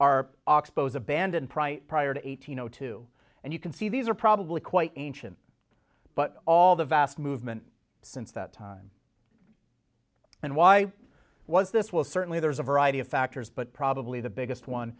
are oxbows abandon price prior to eighteen o two and you can see these are probably quite ancient but all the vast movement since that time and why was this well certainly there's a variety of factors but probably the biggest one